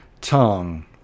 tongue